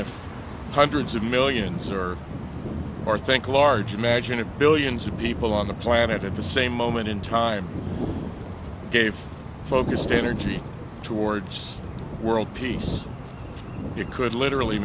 if hundreds of millions or more think large imagine of billions of people on the planet at the same moment in time gave focused energy towards world peace you could literally